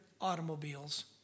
automobiles